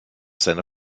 seiner